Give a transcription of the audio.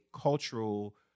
cultural